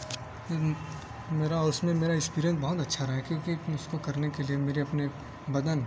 کیونکہ میرا اس میں میرا ایکسپیریئنس بہت اچھا رہا ہے کیونکہ اس کو کرنے کے لیے میرے اپنے بدن